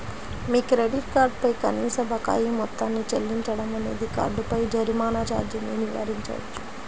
మీ credit card పై కనీస బకాయి మొత్తాన్ని చెల్లించడం అనేది కార్డుపై జరిమానా ఛార్జీని నివారించవచ్చు